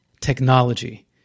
technology